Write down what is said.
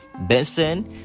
Benson